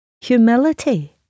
humility